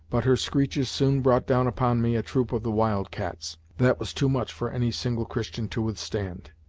but her screeches soon brought down upon me a troop of the wild cats, that was too much for any single christian to withstand.